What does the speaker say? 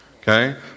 okay